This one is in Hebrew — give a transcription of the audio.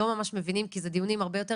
לא ממש מבינים כי זה דיונים הרבה יותר